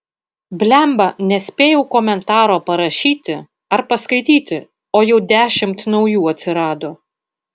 blemba nespėjau komentaro parašyti ar paskaityti o jau dešimt naujų atsirado